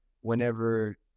whenever